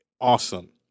awesome